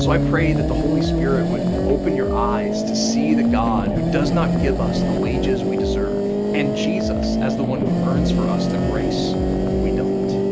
so i pray that the holy spirit would open your eyes to see the god who does not give us the wages we deserve, and jesus as the one who earns for us the grace we don't.